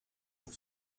pour